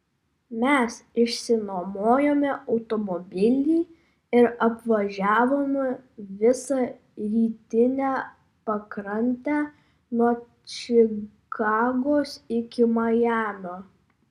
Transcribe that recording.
mes išsinuomojome automobilį ir apvažiavome visą rytinę pakrantę nuo čikagos iki majamio